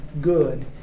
good